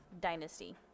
dynasty